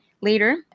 later